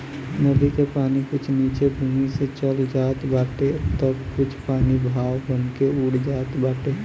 नदी के पानी कुछ नीचे भूमि में चल जात बाटे तअ कुछ पानी भाप बनके उड़ जात बाटे